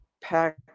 pack